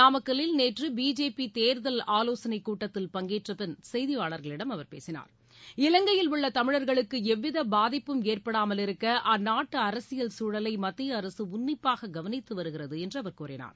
நாமக்கல்லில் நேற்று பிஜேபி தேர்தல் ஆலோசனை கூட்டத்தில் பங்கேற்ற பின் செய்தியாளர்களிடம் அவர் பேசினார் இலங்கையில் உள்ள தமிழர்களுக்கு எவ்வித பாதிப்பும் ஏற்படாமல் இருக்க அந்நாட்டு அரசியல் சூழலை மத்திய அரசு உன்னிப்பாக கவனித்துவருகிறது என்று கூறினார்